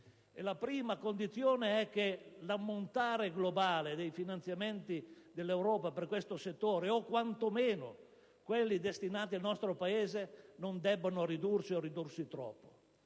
La prima condizione è che l'ammontare globale dei finanziamenti dell'Europa per questo settore, o quantomeno quelli destinati al nostro Paese, non si debbono ridurre o ridurre troppo.